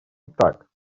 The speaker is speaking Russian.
итак